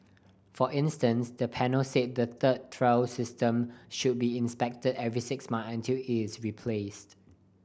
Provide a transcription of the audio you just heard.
for instance the panel said the third rail system should be inspected every six months until it is replaced